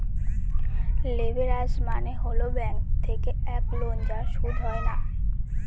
leverage মানে হল bank থেকে এক লোন যার সুদ হয় না